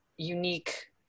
unique